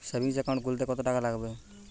Savings account খুলতে কতটাকা লাগবে?